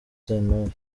sentore